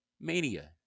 Mania